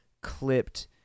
clipped